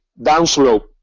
downslope